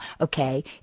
okay